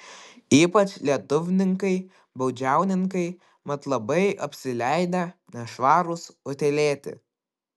ypač lietuvninkai baudžiauninkai mat labai apsileidę nešvarūs utėlėti